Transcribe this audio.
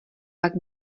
pak